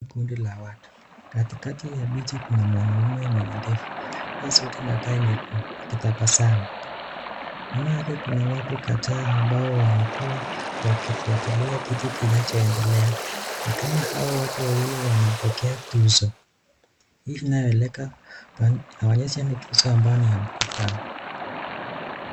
Kundi la watu, katikati ya viti kuna mwanaume mwenye ndevu amevaa suti na tai nyekundu akitabasamu. Nyuma yake kuna watu kadhaa ambao wamekuwa wakifuatilia kitu kinacho endelea ni kama hao watu wawili wanapokea tuzo. Hii inaonyesha ni tuzo ambayo ni ya mkutano.